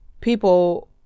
people